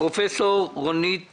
פרופ' רונית